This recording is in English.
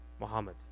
Muhammad